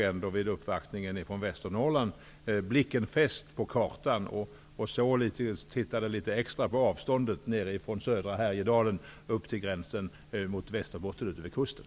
Men vid uppvaktningen från Västernorrland fick jag ändå blicken fäst på kartan och tittade litet extra på avståndet nedifrån södra Härjedalen upp till gränsen mot Västerbotten ute vid kusten.